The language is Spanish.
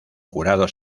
jurado